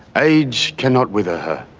age cannot with ah her